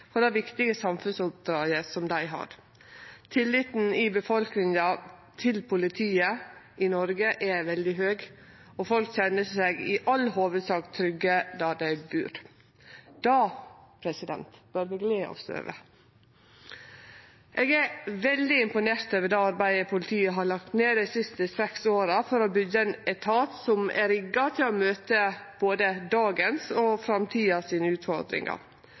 gjeld dei viktige samfunnsoppdraga dei har. Tilliten i befolkninga til politiet er veldig høg i Noreg, og folk kjenner seg i all hovudsak trygge der dei bur. Det bør vi gle oss over. Eg er veldig imponert over det arbeidet politiet har lagt ned dei siste seks åra for å byggje ein etat som er rigga til å møte både dagens og framtidas utfordringar